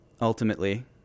ultimately